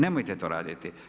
Nemojte to raditi.